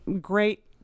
great